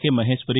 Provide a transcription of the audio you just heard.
K Maheshwari